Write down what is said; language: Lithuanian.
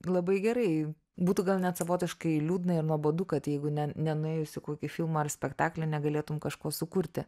labai gerai būtų gal net savotiškai liūdna ir nuobodu kad jeigu ne nenuėjus į kokį filmą ar spektaklį negalėtum kažko sukurti